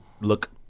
Look